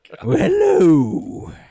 Hello